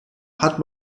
hat